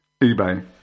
eBay